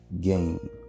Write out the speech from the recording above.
game